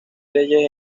leyes